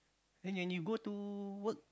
then when you go to work